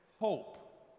hope